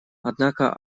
однако